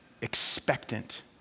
expectant